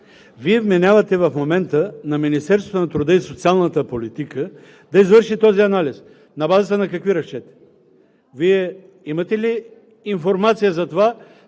Вие вменявате в момента на Министерството на труда и социалната политика да извърши този анализ. На базата на какви разчети? Вие имате ли информация за това